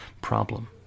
problem